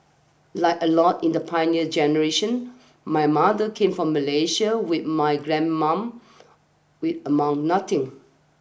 like a lot in the pioneer generation my mother came from Malaysia with my grandmum with among nothing